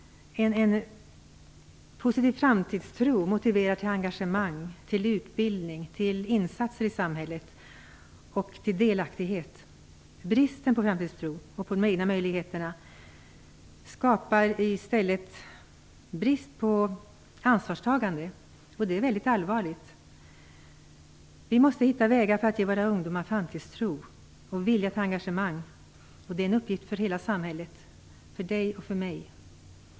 En positiv framtidstro motiverar till engagemang, utbildning, insats i samhället och till delaktighet. Bristen på framtidstro och tro på de egna möjligheterna skapar i stället brist på ansvarstagande, och det är väldigt allvarligt. Vi måste hitta vägar för att ge våra ungdomar framtidstro och en vilja till engagemang. Det är en uppgift för hela samhället, för dig och för mig.